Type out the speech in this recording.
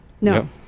No